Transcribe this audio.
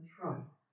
trust